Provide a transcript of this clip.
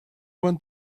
want